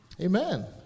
Amen